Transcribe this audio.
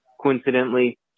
coincidentally